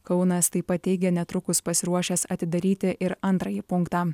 kaunas taip pat teigia netrukus pasiruošęs atidaryti ir antrąjį punktą